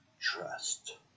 trust